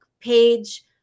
page